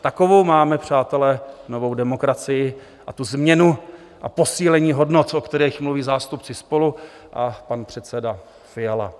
Takovou máme, přátelé, novou demokracii a tu změnu a posílení hodnot, o kterých mluví zástupci SPOLU a pan předseda Fiala.